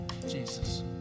Jesus